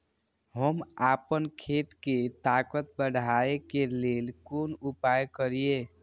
हम आपन खेत के ताकत बढ़ाय के लेल कोन उपाय करिए?